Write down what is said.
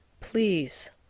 please